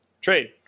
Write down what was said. Trade